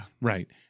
Right